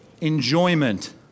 enjoyment